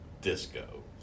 disco